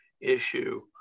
issue